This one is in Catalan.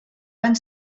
van